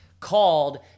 called